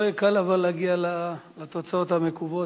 אבל לא יהיה קל להגיע לתוצאות המקוות.